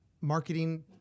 marketing